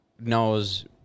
knows